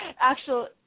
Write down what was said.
actual